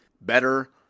better